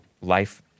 life